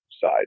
side